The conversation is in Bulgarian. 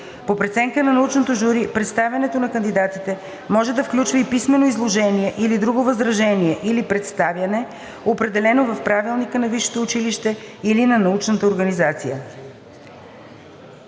По преценка на научното жури представянето на кандидатите може да включва и писмено изложение или друго изложение или представяне, определено в правилника на висшето училище или на научната организация.“